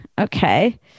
okay